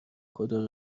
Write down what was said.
خدا